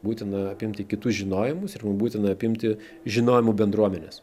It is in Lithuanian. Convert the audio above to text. būtina apimti kitus žinojimus ir mum būtina apimti žinojimų bendruomenes